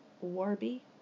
Warby